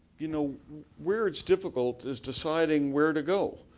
you know where it's difficult is deciding where to go.